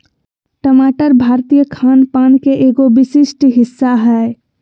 टमाटर भारतीय खान पान के एगो विशिष्ट हिस्सा हय